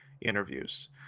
interviews